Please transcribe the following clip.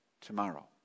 tomorrow